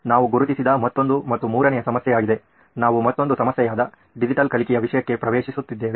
ನಾವು ಗುರುತಿಸಿದ ಮತ್ತೊಂದು ಮತ್ತು ಮೂರನೆಯ ಸಮಸ್ಯೆಯಾಗಿದೆ ನಾವು ಮತ್ತೊಂದು ಸಮಸ್ಯೆಯಾದ ಡಿಜಿಟಲ್ ಕಲಿಕೆಯ ವಿಷಯಕ್ಕೆ ಪ್ರವೇಶಿಸುತ್ತಿದ್ದೇವೆ